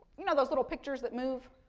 you know those little pictures that move,